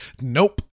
Nope